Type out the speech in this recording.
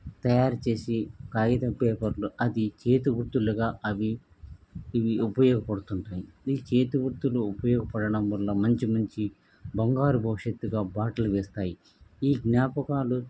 తయారుచేసి కాగితపు పేపర్లు అది చేతి గుర్తులుగా అవి ఇవి ఉపయోగపడుతు ఉంటాయి ఈ చేతి గుర్తులు ఉపయోగపడడం వల్ల మంచి మంచి బంగారు భవిష్యత్తుగా బాటలు వేస్తాయి ఈ జ్ఞాపకాలు